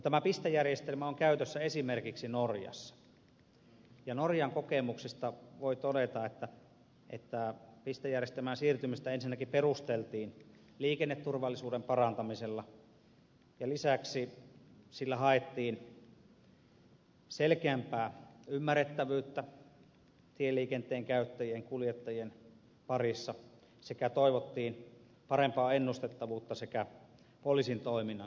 tämä pistejärjestelmä on käytössä esimerkiksi norjassa ja norjan kokemuksista voi todeta että pistejärjestelmään siirtymistä ensinnäkin perusteltiin liikenneturvallisuuden parantamisella ja lisäksi sillä haettiin selkeämpää ymmärrettävyyttä tieliikenteen käyttäjien kuljettajien parissa sekä toivottiin parempaa ennustettavuutta sekä poliisin toiminnan helpottamista